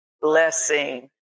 blessing